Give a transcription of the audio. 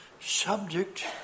subject